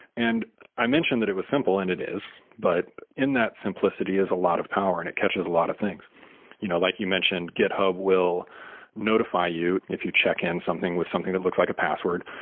and i mentioned that it was simple and it is, but in that simplicity is a lot of power and it catches a lot of things you know like you mentioned, github will notify you if you check in something with something that looks like a password.